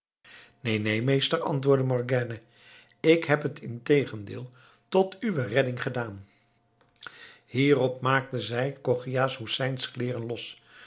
storten neen meester antwoordde morgiane ik heb t integendeel tot uwe redding gedaan hierop maakte zij chogia hoesein's kleeren los